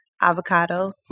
avocado